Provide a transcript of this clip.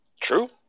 true